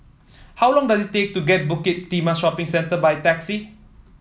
how long does it take to get Bukit Timah Shopping Centre by taxi